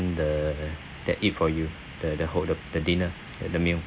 the that it for you the the whole the the dinner the the meal